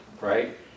right